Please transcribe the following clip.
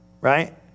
right